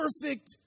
perfect